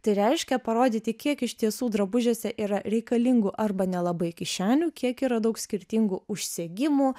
tai reiškia parodyti kiek iš tiesų drabužiuose yra reikalingų arba nelabai kišenių kiek yra daug skirtingų užsegimų